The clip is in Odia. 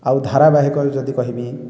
ଆଉ ଧାରାବାହିକରେ ଯଦି କହିବି